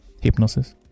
hypnosis